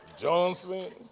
Johnson